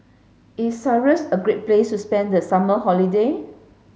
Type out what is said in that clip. is Cyprus a great place to spend the summer holiday